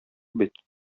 бит